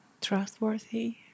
trustworthy